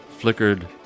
flickered